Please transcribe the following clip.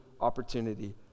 opportunity